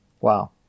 Wow